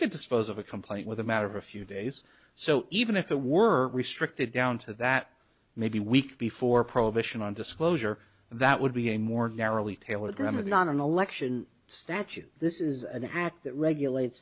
could dispose of a complaint with a matter of a few days so even if it were restricted down to that maybe week before prohibition on disclosure that would be a more narrowly tailored gram of non election statute this is an act that regulates